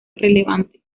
relevantes